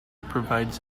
provides